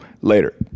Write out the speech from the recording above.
later